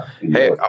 Hey